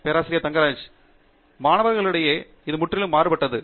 பேராசிரியர் ஆண்ட்ரூ தங்கராஜ் மாணவர்களிடையே இது முற்றிலும் மாறுபட்டது